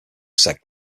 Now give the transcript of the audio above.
said